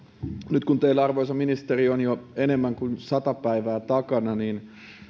nyt kun teillä arvoisa ministeri on jo enemmän kuin sata päivää takana niin